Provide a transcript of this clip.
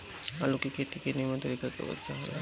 आलू के खेती के नीमन तरीका कवन सा हो ला?